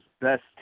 best